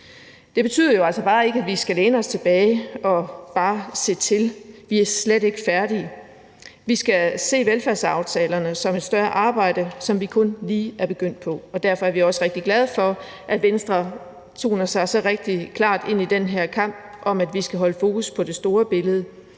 Det betyder jo altså bare ikke, at vi skal læne os tilbage og bare se til. Vi er slet ikke færdige. Vi skal se velfærdsaftalerne som et større arbejde, som vi kun lige er begyndt på, og derfor er vi også rigtig glade for, at Venstre melder sig så klart ind i den her kamp om, at vi skal holde fokus på det store billede